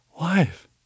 wife